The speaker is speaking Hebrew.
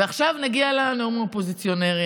ועכשיו נגיע לנאום האופוזיציונרי.